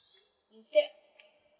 instead